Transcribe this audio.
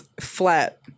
flat